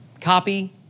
Copy